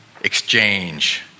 exchange